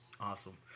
Awesome